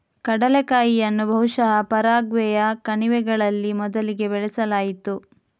ಕಡಲೆಕಾಯಿಯನ್ನು ಬಹುಶಃ ಪರಾಗ್ವೆಯ ಕಣಿವೆಗಳಲ್ಲಿ ಮೊದಲಿಗೆ ಬೆಳೆಸಲಾಯಿತು